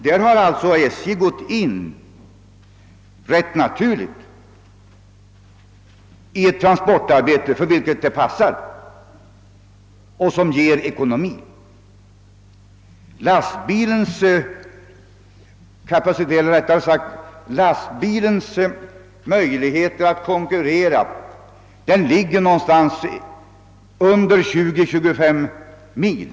Där har alltså SJ — rätt naturligt — gått in i ett transportarbete, för vilket de passar och som blir ekonomiskt. Lastbilens möjligheter att konkurrera ligger på avstånd någonstans under 20—-25 mil.